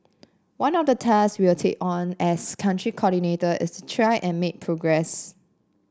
one of the tasks we'll take on as Country Coordinator is to try and make progress